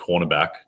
cornerback